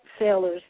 sailors